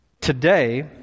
Today